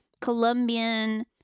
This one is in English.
Colombian